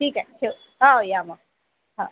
ठीक आहे ठेव हो या मग हां